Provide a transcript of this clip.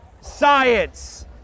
science